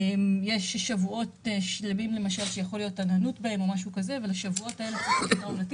יש שבועות שבהם יש עננות עונתית ולשבועות האלה צריך לבחור נתיב.